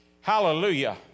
Hallelujah